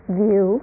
view